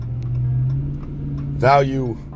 value